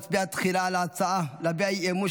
נצביע תחילה על ההצעה להביע אי-אמון,